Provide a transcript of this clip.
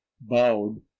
bowed